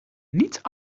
niet